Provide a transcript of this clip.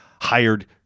hired